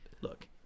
look